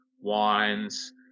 Wines